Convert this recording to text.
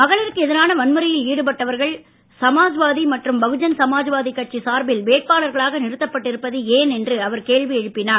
மகளிருக்கு எதிரான வன்முறையில் ஈடுபட்டவர்கள் சமாஸ்வாதி மற்றும் பகுஜன் சமாஜ்வாதி கட்சி சார்பில் வேட்பாளர்களாக நிறுத்தப்பட்டிருப்பது ஏன் என்று அவர் கேள்வி எழுப்பினார்